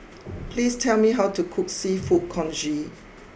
please tell me how to cook Seafood Congee